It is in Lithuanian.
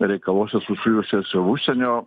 reikaluose susijusiuose užsienio